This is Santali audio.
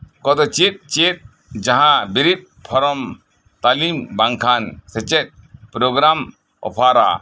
ᱠᱚᱫᱚ ᱚᱠᱟ ᱚᱠᱟ ᱠᱟᱱᱟ ᱡᱟᱦᱟᱸ ᱟᱨᱴ ᱯᱷᱚᱨᱚᱢ ᱛᱟᱞᱤᱢ ᱵᱟᱝᱠᱷᱟᱱ ᱥᱮᱪᱮᱫ ᱯᱨᱳᱜᱽᱨᱟᱢᱮ ᱚᱯᱷᱟᱨᱟ